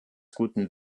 guten